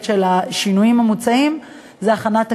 של השינויים המוצעים זה הכנת תקציב.